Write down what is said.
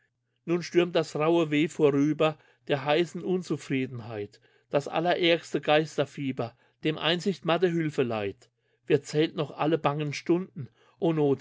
nun stürmt das raue weh vorüber der heißen unzufriedenheit das allerärgste geisterfieber dem einsicht matte hülfe leiht wer zählt noch alle bangen stunden